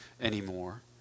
anymore